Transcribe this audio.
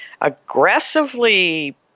aggressively